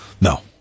No